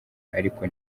ariko